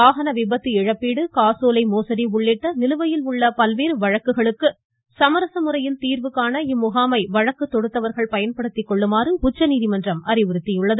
வாகன விபத்து இழப்பீடு காசோலை மோசடி உள்ளிட்ட நிலுவையில் உள்ள பல்வேறு வழக்குகளுக்கு சமரச முறையில் தீர்வு காண இம்முகாமை வழக்கு தொடுத்தவர்கள் பயன்படுத்தி கொள்ளுமாறு உச்சநீதிமன்றம் அறிவுறுத்தியுள்ளது